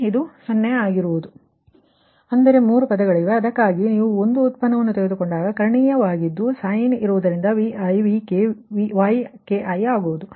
ಆದ್ದರಿಂದ ಇದು 0 ಆಗಿದ್ದು ಅಂದರೆ 3 ಪದಗಳಿವೆ ಅದಕ್ಕಾಗಿಯೇ ನೀವು ಈ ಒಂದು ಡೇರಿವಿಟಿವನ್ನು ತೆಗೆದುಕೊಂಡಾಗ ಕರ್ಣೀಯ ವಾಗಿದ್ದು sin ಇರುವುದರಿಂದ Vi Vk Yki ಆಗುತ್ತದೆ